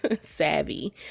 Savvy